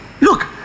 Look